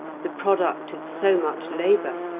the product of so much labour,